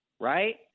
right